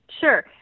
Sure